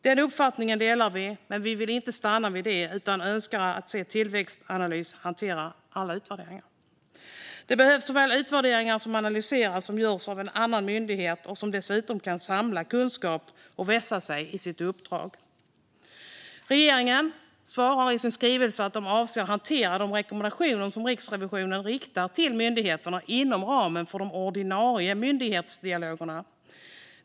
Den uppfattningen delar vi, men vi vill inte stanna vid det utan önskar se att Tillväxtanalys hanterar alla utvärderingar. Det behövs att såväl utvärderingar som analyser görs av en annan myndighet, som dessutom kan samla kunskap och vässa sitt uppdrag. Regeringen svarar i sin skrivelse att man avser att hantera de rekommendationer som Riksrevisionen riktar till myndigheterna inom ramen för de ordinarie myndighetsdialogerna.